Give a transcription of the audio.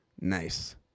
Nice